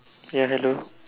ya hello